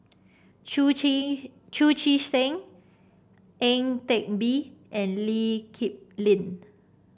Chu Chee Chu Chee Seng Ang Teck Bee and Lee Kip Lin